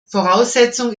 voraussetzung